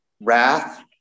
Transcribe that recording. wrath